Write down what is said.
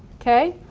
ok?